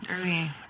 early